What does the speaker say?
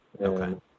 Okay